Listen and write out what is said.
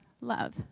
love